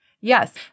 Yes